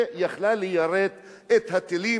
שיכלה ליירט את הטילים,